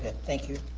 thank you.